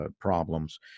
problems